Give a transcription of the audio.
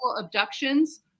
abductions